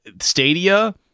stadia